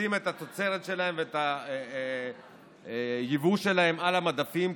לשים את התוצרת שלהם ואת היבוא שלהם על המדפים,